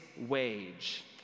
wage